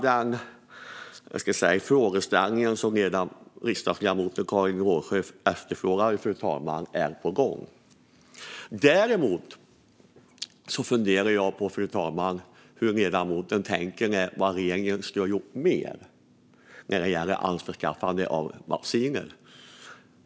Hela frågan som riksdagsledamoten Karin Rågsjö har tagit upp är på gång. Däremot funderar jag över hur ledamoten tänker i fråga om vad mer regeringen skulle ha gjort för att införskaffa vaccin.